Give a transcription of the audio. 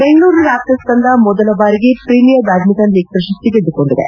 Bengaluru Raptors ತಂಡ ಮೊದಲ ಬಾರಿಗೆ ಪ್ರೀಮಿಯರ್ ಬ್ಯಾಡ್ಮಿಂಟನ್ ಲೀಗ್ ಪ್ರಶಸ್ತಿ ಗೆದ್ದುಕೊಂಡಿದೆ